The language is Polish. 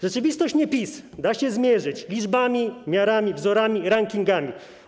Rzeczywistość nie-PiS da się zmierzyć - liczbami, miarami, wzorami, rankingami.